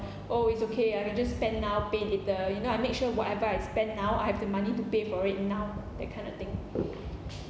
oh it's okay I will just spend now pay later you know I make sure what I buy I spend now I have the money to pay for it now that kind of thing